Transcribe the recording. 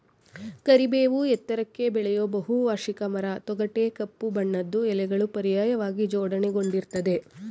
ಕರಿಬೇವು ಎತ್ತರಕ್ಕೆ ಬೆಳೆಯೋ ಬಹುವಾರ್ಷಿಕ ಮರ ತೊಗಟೆ ಕಪ್ಪು ಬಣ್ಣದ್ದು ಎಲೆಗಳು ಪರ್ಯಾಯವಾಗಿ ಜೋಡಣೆಗೊಂಡಿರ್ತದೆ